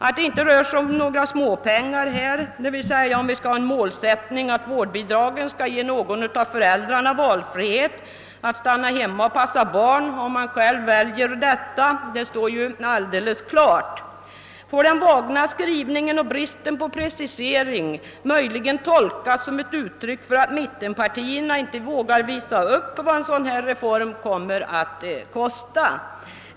Att det inte här rör sig om några småpengar — om vi nu skall ha den målsättningen att vårdbidragen skall ge någon av föräldrarna valfrihet att stanna hemma och passa barn — står alldeles klart. Får den vaga skrivningen och bristen på precisering möjligen tolkas som ett uttryck för att mittenpartierna inte vågar visa upp vad en sådan här reform kommer att kosta?